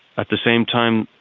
at the same time,